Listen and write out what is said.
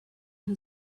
who